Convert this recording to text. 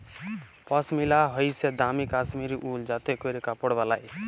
পশমিলা হইসে দামি কাশ্মীরি উল যাতে ক্যরে কাপড় বালায়